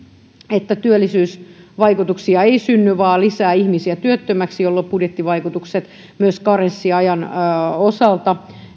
että työllisyysvaikutuksia ei synny vaan lisää ihmisiä jää työttömäksi jolloin budjettivaikutukset myös karenssiajan osalta